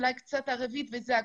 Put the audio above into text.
אולי קצת ערבית וזה הכול.